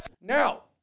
Now